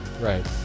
Right